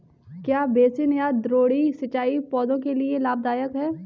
क्या बेसिन या द्रोणी सिंचाई पौधों के लिए लाभदायक है?